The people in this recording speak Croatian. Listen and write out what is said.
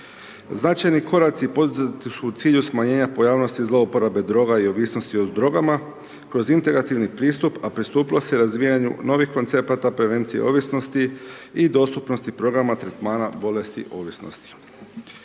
Značajni koraci poduzeti su u cilju smanjenja pojavnosti zlouporabe droga i ovisnosti o drogama, kroz .../Govornik se ne razumije./... pristup a pristupilo se razvijanju novih koncepata prevencije ovisnosti i dostupnosti programa tretmana bolesti i ovisnosti.